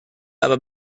aber